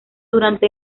durante